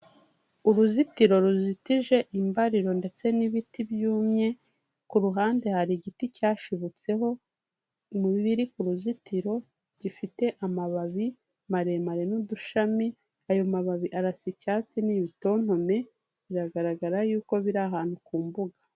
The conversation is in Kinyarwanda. Uruzitiro ruzitije imbariro ndetse n'ibiti byumye, ku ruhande hari igiti cyashibutseho mu biri ku ruzitiro gifite amababi maremare n'udushami, ayo mababi arasa icyatsi ni ibitontome, biragaragara yuko biri ahantu ku mbuga.